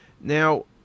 Now